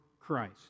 Christ